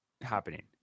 happening